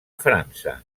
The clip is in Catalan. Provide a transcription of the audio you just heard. frança